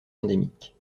endémiques